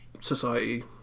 society